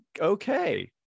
okay